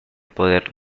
poder